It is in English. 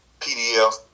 PDF